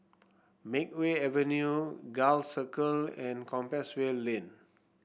Makeway Avenue Gul Circle and Compassvale Lane